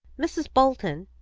mrs. bolton,